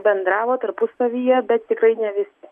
bendravo tarpusavyje bet tikrai ne visi